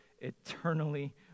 eternally